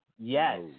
Yes